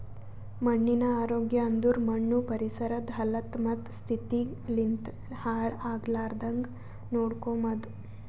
ಮಣ್ಣಿನ ಆರೋಗ್ಯ ಅಂದುರ್ ಮಣ್ಣು ಪರಿಸರದ್ ಹಲತ್ತ ಮತ್ತ ಸ್ಥಿತಿಗ್ ಲಿಂತ್ ಹಾಳ್ ಆಗ್ಲಾರ್ದಾಂಗ್ ನೋಡ್ಕೊಮದ್